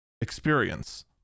experience